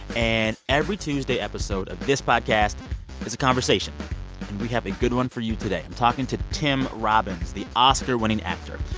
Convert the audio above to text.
and every tuesday episode of this podcast is a conversation. and we have a good one for you today. i'm talking to tim robbins, the oscar-winning actor.